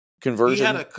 Conversion